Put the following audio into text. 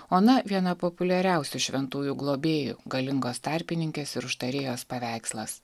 ona viena populiariausių šventųjų globėjų galingos tarpininkės ir užtarėjos paveikslas